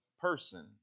person